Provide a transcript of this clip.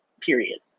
Period